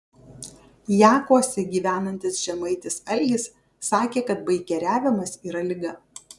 jakuose gyvenantis žemaitis algis sakė kad baikeriavimas yra liga